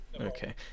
Okay